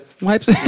Wipes